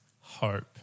hope